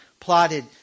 plotted